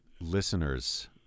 Listeners